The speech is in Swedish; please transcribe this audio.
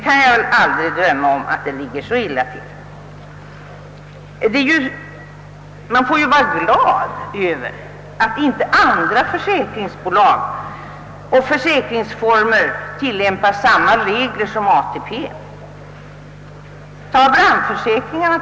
Men jag kan aldrig tänka mig att det ligger så illa till. Man får ju vara glad över att andra försäkringsbolag och försäkringsformer inte tillämpar samma regler som ATP. Ta t.ex. brandförsäkringarna,.